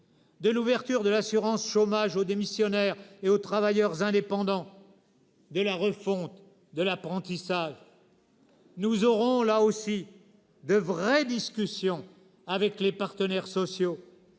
de l'ouverture de l'assurance chômage aux démissionnaires et aux travailleurs indépendants, de la refonte de l'apprentissage. Nous aurons là aussi de vraies discussions avec les partenaires sociaux